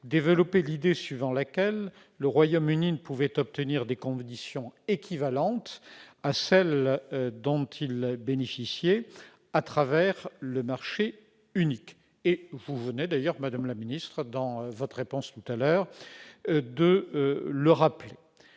développer l'idée suivant laquelle le Royaume-Uni ne pouvait obtenir des conditions équivalentes à celles dont il bénéficiait avec le marché unique- vous venez d'ailleurs de le rappeler dans votre réponse aux orateurs.